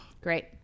Great